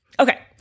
Okay